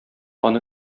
аны